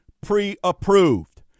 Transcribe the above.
pre-approved